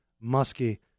musky